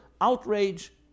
outrage